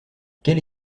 quelle